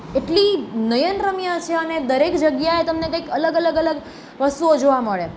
એટલી નયનરમ્ય છે અને દરેક જગ્યાએ તમને કંઇક અલગ અલગ વસ્તુઓ જોવા મળે